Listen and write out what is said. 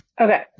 Okay